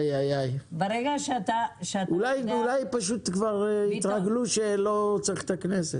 אולי הם התרגלו שלא צריך את הכנסת.